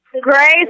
grace